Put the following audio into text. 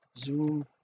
zoom